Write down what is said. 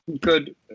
Good